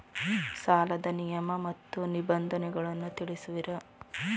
ಸಾಲದ ನಿಯಮ ಮತ್ತು ನಿಬಂಧನೆಗಳನ್ನು ತಿಳಿಸುವಿರಾ?